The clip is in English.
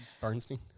Bernstein